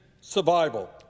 survival